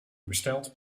besteld